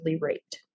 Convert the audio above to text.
raped